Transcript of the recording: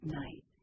night